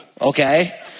okay